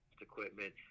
equipment